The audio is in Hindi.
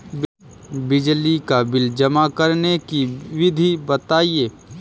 बिजली का बिल जमा करने की विधि बताइए?